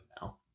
now